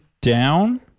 down